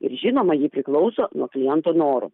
ir žinoma ji priklauso nuo kliento norų